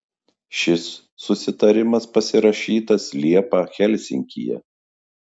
šis susitarimas pasirašytas liepą helsinkyje